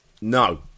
No